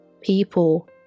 people